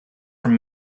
from